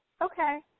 okay